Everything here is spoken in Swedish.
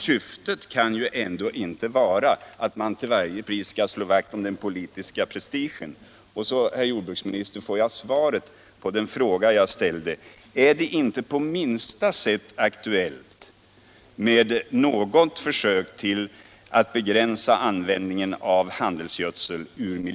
Syftet kan inte vara att till varje pris slå vakt om den politiska prestigen. Och så, herr jordbruksminister, kanske jag kan få svar på den fråga jag ställde: Är det inte på minsta sätt aktuellt med något försök att av miljöhänsyn begränsa användningen av handelsgödsel?